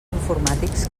informàtics